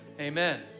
Amen